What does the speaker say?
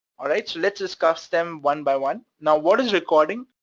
alright? so let's discuss them one by one. now, what is recording?